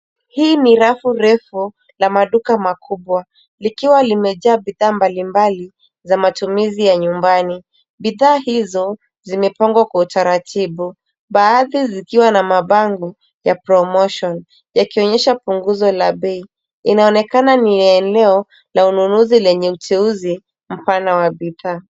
Hii ni rafu kubwa la duka kuu likiwa limejaa bidhaa mbalimbali za matumizi ya nyumbani. Bidhaa hizo zimepangwa kwa utaratibu, baadhi zikiwa na mabango ya matangazo ya ofa yanayoonyesha punguzo la bei. Linaonekana ni linaonekana kuwa sehemu ya ununuzi yenye uteuzi mpana wa bidhaa.